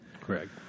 Correct